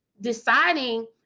deciding